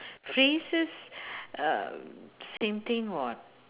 phrases um same thing [what]